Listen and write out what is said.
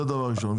זה דבר ראשון.